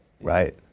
right